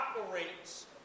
operates